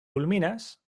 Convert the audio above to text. kulminas